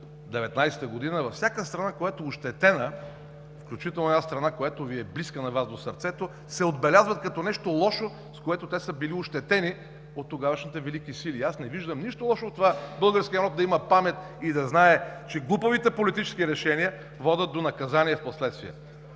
– 1919 г., във всяка страна, която е ощетена, включително и една страна, която Ви е близка на Вас до сърцето, се отбелязват като нещо лошо, с което те са били ощетени от тогавашните Велики сили. Аз не виждам нищо лошо в това българският народ да има памет и да знае, че глупавите политически решения водят до наказания в последствия,